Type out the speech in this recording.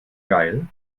geil